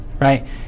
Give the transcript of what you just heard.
Right